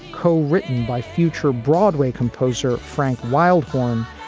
co-written by future broadway composer frank wildhorn,